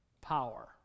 power